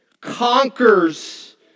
conquers